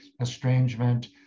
estrangement